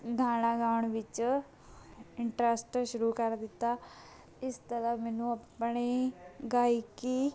ਗਾਣਾ ਗਾਉਣ ਵਿੱਚ ਇੰਟਰਸਟ ਸ਼ੁਰੂ ਕਰ ਦਿੱਤਾ ਇਸ ਤਰ੍ਹਾਂ ਮੈਨੂੰ ਆਪਣੀ ਗਾਇਕੀ